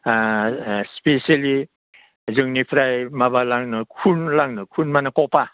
specially जोंनिफ्राय माबा लांनो खुन लांनो खुन माने कपाह